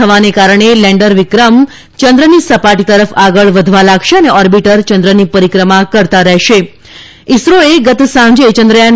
થવાના કારણે લેન્ડર વિક્રમ ચંદ્રની સપાટી તરફ આગળ વધવા લાગશે અને ઓર્બિટર ચંદ્રની પરિક્રમા ને ચંર ઈસરોએ ગત સાંજે ચંદ્રથાન